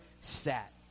sat